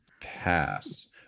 Pass